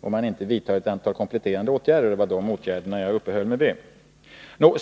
om man inte vidtar ett antal kompletterande åtgärder. Det var dessa åtgärder som jag uppehöll mig vid.